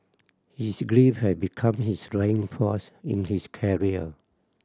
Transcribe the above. his grief had become his driving force in his career